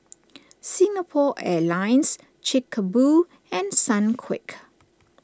Singapore Airlines Chic Boo and Sunquick